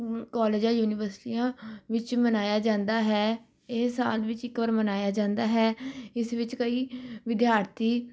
ਕਾਲਜਾਂ ਯੂਨੀਵਰਸਿਟੀਆਂ ਵਿੱਚ ਮਨਾਇਆ ਜਾਂਦਾ ਹੈ ਇਹ ਸਾਲ ਵਿੱਚ ਇੱਕ ਵਾਰ ਮਨਾਇਆ ਜਾਂਦਾ ਹੈ ਜਿਸ ਵਿੱਚ ਕਈ ਵਿਦਿਆਰਥੀ